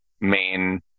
main